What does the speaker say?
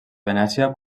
venècia